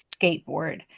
skateboard